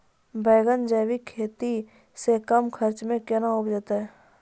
बैंगन जैविक खेती से कम खर्च मे कैना उपजते?